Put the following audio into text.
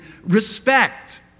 Respect